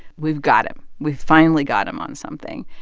we've got him. we've finally got him on something.